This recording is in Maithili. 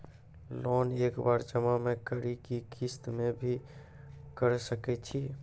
लोन एक बार जमा म करि कि किस्त मे भी करऽ सके छि?